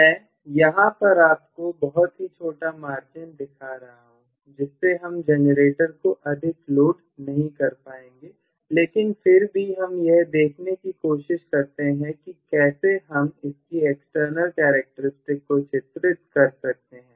मैं यहां पर आपको बहुत ही छोटा मार्जिन दिखा रहा हूं जिससे हम जनरेटर को अधिक लोड नहीं कर पाएंगे लेकिन फिर भी हम यह देखने की कोशिश करते हैं कि कैसे हम इसकी एक्सटर्नल करैक्टेरिस्टिक्स को चित्रित कर सकते हैं